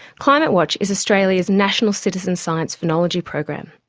climatewatch is australia's national citizen science phenology program.